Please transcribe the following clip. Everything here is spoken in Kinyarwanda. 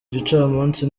gicamunsi